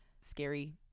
scary